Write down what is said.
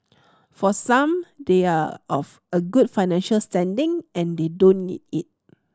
for some they are of a good financial standing and they don't need it